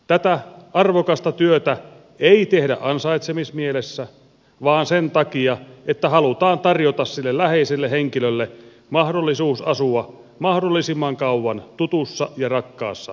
tätä arvokasta työtä ei tehdä ansaitsemismielessä vaan sen takia että halutaan tarjota sille läheiselle henkilölle mahdollisuus asua mahdollisimman kauan tutussa ja rakkaassa kotiympäristössä